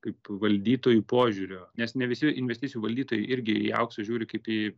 kaip valdytojų požiūrio nes ne visi investicijų valdytojai irgi į auksą žiūri kaip į